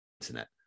internet